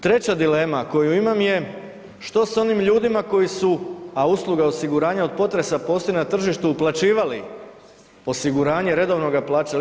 Treća dilema koju imam je, što s onim ljudima koji su a usluga osiguranja od potresa … na tržištu uplaćivali osiguranje, redovno ga plaćali?